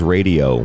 Radio